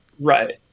Right